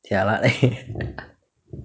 ya lah